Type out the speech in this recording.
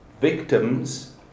Victims